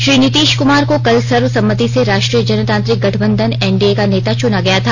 श्री नीतीश कुमार को कल सर्वसम्मति से राष्ट्रीय जनतांत्रिक गठबंधन एनडीए का नेता चुना गया था